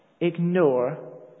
ignore